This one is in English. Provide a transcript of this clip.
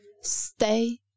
stay